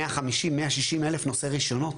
140 אלף נושאי רישיונות?